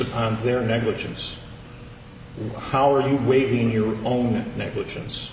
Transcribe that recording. upon their negligence how are you wasting your own negligence